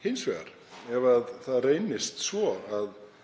Ef það reynist hins